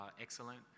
excellent